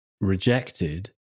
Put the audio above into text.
rejected